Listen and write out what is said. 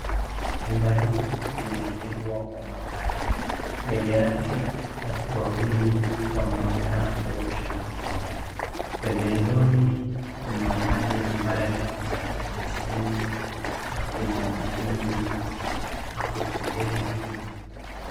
Nyumba hili limejengwa kwa mabati mbele yake watu wawili wanaonekana kuosha mikono pembezoni kuna maji ambayo yako katika beseni na kuna mtungi apo pembeni pia.